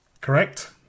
Correct